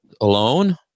alone